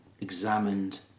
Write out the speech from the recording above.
examined